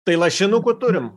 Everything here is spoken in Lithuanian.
tai lašinukų turim